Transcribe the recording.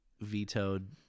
vetoed